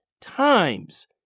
times